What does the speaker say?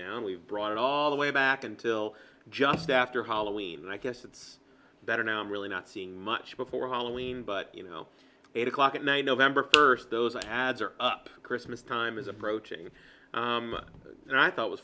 now and we've brought it all the way back until just after hollowing and i guess it's better now i'm really not seeing much before following but you know eight o'clock at night november first those ads are up christmas time is approaching and i thought was